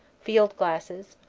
field-glasses,